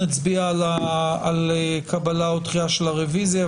נצביע על קבלה או דחייה של הרביזיה,